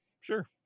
Sure